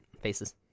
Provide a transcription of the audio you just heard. faces